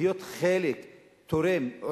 להיות חלק תורם,